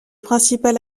principal